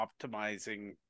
optimizing